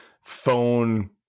phone